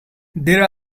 there